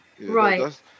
Right